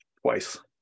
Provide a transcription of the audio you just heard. Twice